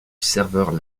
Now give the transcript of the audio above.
serveur